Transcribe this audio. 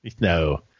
No